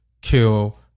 kill